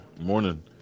Morning